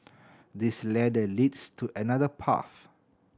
this ladder leads to another path